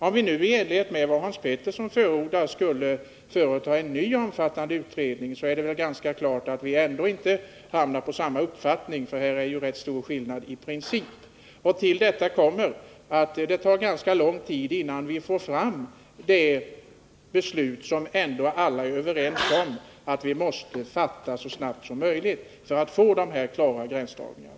Om vi nu i enlighet med vad Hans Petersson i Hallstahammar förordar skulle företa en ny omfattande utredning är det ganska klart att vi ändå inte skulle hamna på samma uppfattning, eftersom det är en rätt stor principiell skillnad mellan våra uppfattningar. Till detta kommer att det tar ganska lång tid innan vi skulle få fram det beslut som alla ändå är överens om att vi måste fatta så snabbt som möjligt för att få till stånd de här klara gränsdragningarna.